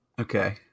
Okay